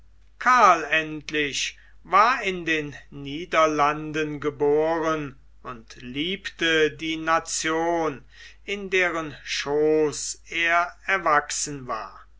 karl endlich war in den niederlanden geboren und liebte die nation in deren schooß er erwachsen war